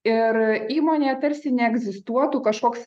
ir įmonė tarsi neegzistuotų kažkoks